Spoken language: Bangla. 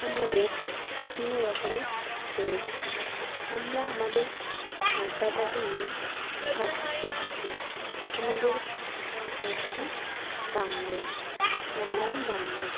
আমাদের বিভিন্ন রকমের রয়েছে আমরা আমাদের ভাষাটাকে নিয়ে আকৃষ্ট আমাদের ভাষা বাংলা আমরা বাঙালি